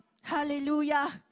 Hallelujah